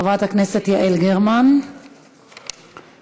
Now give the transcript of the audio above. חברת הכנסת יעל גרמן, בבקשה.